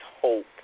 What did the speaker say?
hope